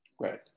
right